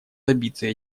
добиться